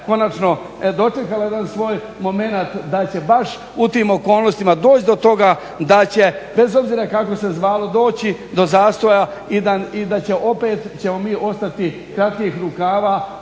konačno dočekala jedan svoj momenat da će baš u tim okolnostima doći do toga da će bez obzira kako se zvalo doći do zastoja i da opet ćemo mi ostati kratkih rukava.